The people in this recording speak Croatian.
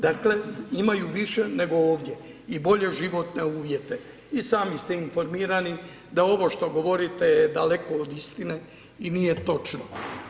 Dakle, imaju više nego ovdje i bolje životne uvijete, i sami ste informirani da ovo što govorite je daleko od istine i nije točno.